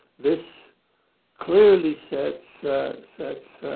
this clearly sets sets